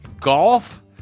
golf